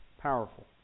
Powerful